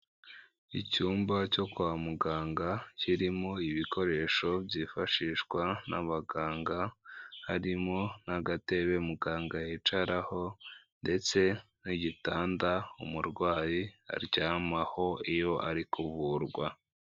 Icyumba cyo kwa muganga kirimo ibikoresho byifashishwa n'abaganga, harimo n'agatebe muganga yicaraho ndetse n'igitanda umurwayi aryamaho iyo ari kuvurwa.